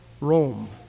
Rome